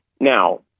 Now